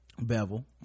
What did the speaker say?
bevel